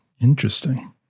Interesting